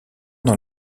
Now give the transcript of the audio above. dans